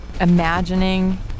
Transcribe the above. imagining